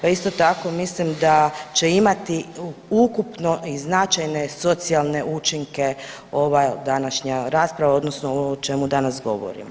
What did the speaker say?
No, isto tako mislim da će imati ukupno i značajne socijalne učinke ova današnja rasprava odnosno ovo o čemu danas govorimo.